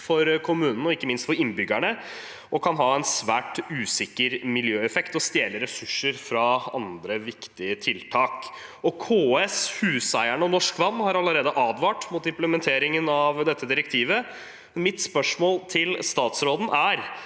for kommunene og ikke minst for innbyggerne og kan ha en svært usikker miljøeffekt og stjele ressurser fra andre viktige tiltak. KS, Huseierne og Norsk Vann har allerede advart mot implementeringen av dette direktivet. Mitt spørsmål til statsråden er: